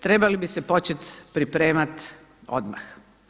Trebali bi se počet pripremat odmah.